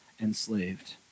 enslaved